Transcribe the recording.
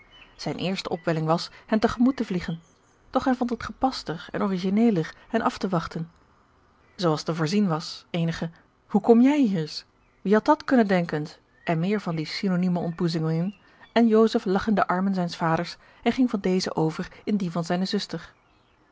zijne eerste opwelling was hen te gemoet te vliegen doch hij vond het gepaster en origineler hen af te wachten zoo als te voorzien was eenige hoe kom jij hier s wie had dat kunnen denken s en meer van die synonieme ontboezemingen en joseph lag in de armen zijns vaders en ging van deze over in die van zijne zuster